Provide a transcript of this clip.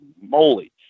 moly